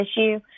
issue